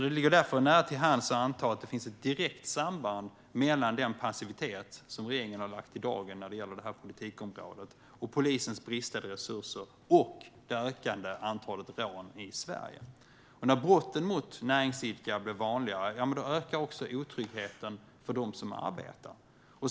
Det ligger därför nära till hands att anta att det finns ett direkt samband mellan den passivitet som regeringen har lagt i dagen när det gäller detta politikområde och polisens bristande resurser och det ökande antalet rån i Sverige. När brotten mot näringsidkare blir vanligare ökar också otryggheten för dem som arbetar.